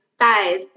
guys